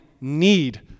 need